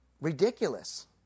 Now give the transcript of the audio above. ridiculous